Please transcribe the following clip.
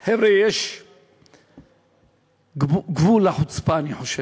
חבר'ה, יש גבול לחוצפה, אני חושב.